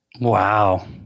Wow